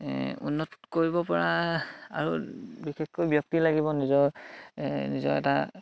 উন্নত কৰিব পৰা আৰু বিশেষকৈ ব্যক্তি লাগিব নিজৰ নিজৰ এটা